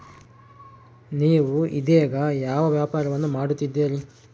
ನೇವು ಇದೇಗ ಯಾವ ವ್ಯಾಪಾರವನ್ನು ಮಾಡುತ್ತಿದ್ದೇರಿ?